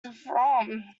from